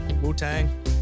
Wu-Tang